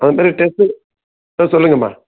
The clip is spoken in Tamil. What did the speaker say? ஆல்ரெடி டெஸ்ட் ஆ சொல்லுங்கம்மா